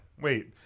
wait